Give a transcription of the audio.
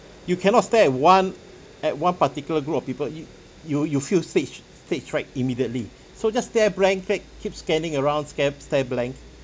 you cannot stare at one at one particular group of people you you you feel stage stage fright immediately so just stare blank back keep scanning around scan stare blank